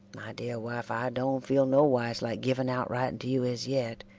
my dear wife i dont feeld no whys like giving out writing to you as yet